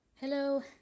Hello